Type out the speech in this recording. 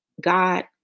God